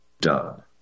done